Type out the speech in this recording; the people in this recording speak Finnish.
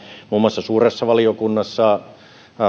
muun muassa suuressa valiokunnassa